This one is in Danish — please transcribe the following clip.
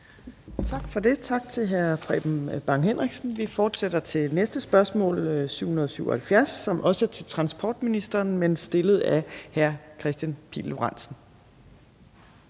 Tak for det. Tak til hr. Preben Bang Henriksen. Vi fortsætter til næste spørgsmål, nr. S 777, som også er til transportministeren, men stillet af hr. Kristian Pihl Lorentzen.